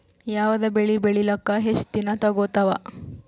ಯಾವದ ಬೆಳಿ ಬೇಳಿಲಾಕ ಹೆಚ್ಚ ದಿನಾ ತೋಗತ್ತಾವ?